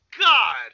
God